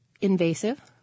Invasive